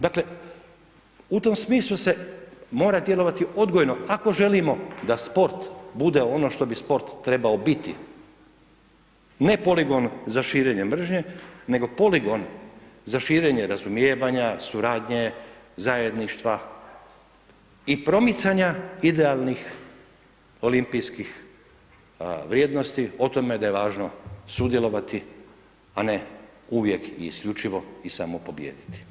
Dakle u tom smislu se mora djelovati odgojno, ako želimo da sport bude ono što bi sport trebao biti, ne poligon za širenje mržnje, nego poligon za širenje razumijevanja, suradnje, zajedništva i promicanja idealnih olimpijskih vrijednosti o tome da je važno sudjelovati a ne uvijek i isključivo i samo pobijediti.